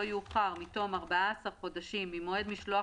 לא יאוחר מתום 14 חודשים ממועד משלוח